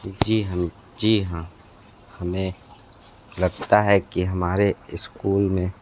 जी हाँ जी हाँ हमें लगता है कि हमारे इस्कूल में